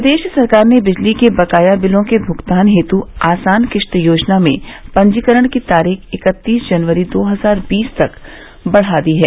प्रदेश सरकार ने बिजली के बकाया बिलों के भुगतान हेतु आसान किस्त योजना में पंजीकरण की तारीख़ इकत्तीस जनवरी दो हजार बीस तक बढ़ा दी है